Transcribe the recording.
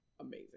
amazing